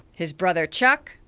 his brother chuck.